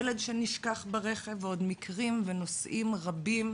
ילד שנשכח ברכב ועוד מקרים ונושאים רבים,